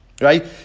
right